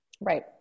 Right